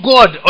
God